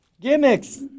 Gimmicks